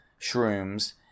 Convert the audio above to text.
shrooms